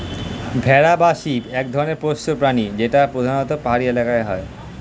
ভেড়া বা শিপ এক ধরনের পোষ্য প্রাণী যেটা প্রধানত পাহাড়ি এলাকায় হয়